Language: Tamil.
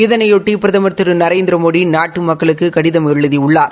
இதனைபொட்டி பிரதமர் திரு நரேந்திரமோடி நாட்டு மக்களுக்கு எடிதம் எழுதியுள்ளார்